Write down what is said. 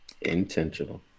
Intentional